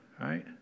right